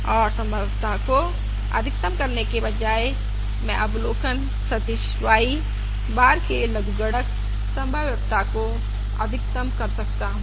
और संभाव्यता को अधिकतम करने के बजाय मैं अवलोकन सदिश y बार के लघुगणक संभाव्यता को अधिकतम कर सकता हूं